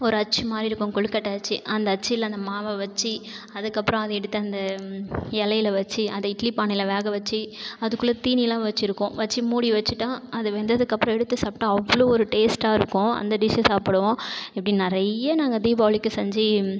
ஒரு அச்சுமாதிரி இருக்கும் கொழுக்கட்டை அச்சு அந்த அச்சில் அந்த மாவை வச்சு அதுக்கப்புறம் அதை எடுத்து அந்த இலையில வச்சு அந்த இட்லி பானையில் வேக வச்சு அதுக்குள்ளே தீனிலாம் வச்சுருக்கோம் வச்சு மூடி வச்சுட்டா அது வெந்ததுக்கு அப்புறம் எடுத்து சாப்பிட்டால் அவ்வளோ ஒரு டேஸ்ட்டாக இருக்கும் அந்த டிஷ்ஷை சாப்பிடுவோம் இப்படி நிறைய நாங்கள் தீபாவளிக்கு செஞ்சு